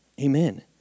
Amen